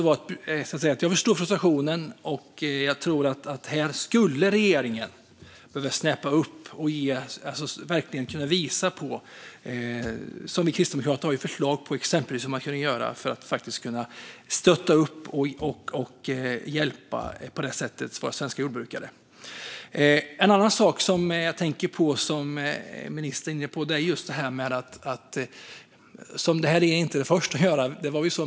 Jag förstår frustrationen, och här skulle regeringen behöva snäppa upp. Kristdemokraterna har förslag på vad som kan göras för att stötta och hjälpa svenska jordbrukare. En annan sak som jag tänker på och som ministern är inne på är att vi inte är de första att göra det här.